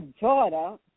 daughter